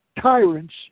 tyrants